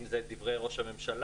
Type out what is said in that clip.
אם זה דברי ראש הממשלה,